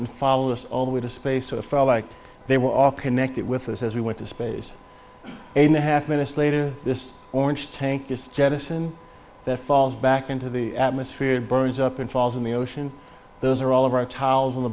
and follow us all the way to space so it felt like they were all connected with us as we went to space and a half minutes later this orange tank is jettison that falls back into the atmosphere burns up and falls in the ocean those are all of our tiles on the